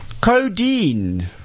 codeine